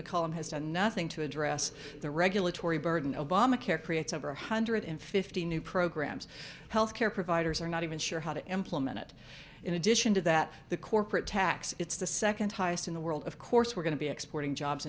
mccollum has done nothing to address the regulatory burden obamacare creates over one hundred fifty new programs health care providers are not even sure how to implement it in addition to that the corporate tax it's the second highest in the world of course we're going to be exporting jobs